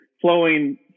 flowing